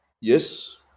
yes